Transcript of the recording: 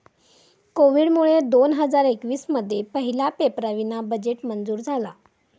कोविडमुळे दोन हजार एकवीस मध्ये पहिला पेपरावीना बजेट मंजूर झाला